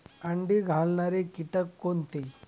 अंडी घालणारे किटक कोणते?